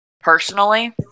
Personally